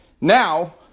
Now